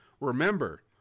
remember